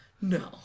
no